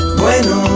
bueno